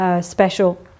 special